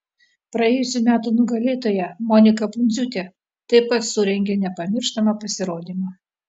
praėjusių metų nugalėtoja monika pundziūtė taip pat surengė nepamirštamą pasirodymą